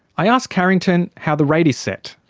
i asked carrington how the rate is set.